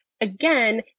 again